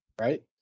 right